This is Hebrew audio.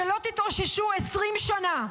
שלא תתאוששו 20 שנה.